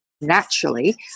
naturally